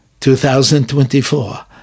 2024